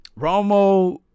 Romo